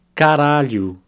caralho